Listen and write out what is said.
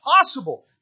possible